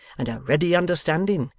and a ready understanding,